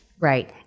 Right